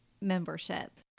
membership